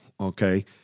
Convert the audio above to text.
Okay